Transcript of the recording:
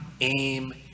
aim